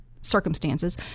circumstances